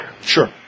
sure